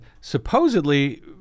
supposedly